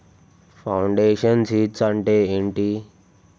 Foundation seeds అంటే ఏంటి?